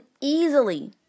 easily